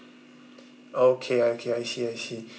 okay okay I see I see